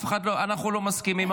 אנחנו לא מסכימים,